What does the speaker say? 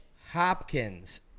hopkins